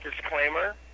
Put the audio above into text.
disclaimer